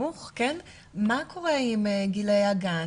מה קורה עם גילאי הגן?